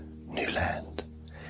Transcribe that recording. Newland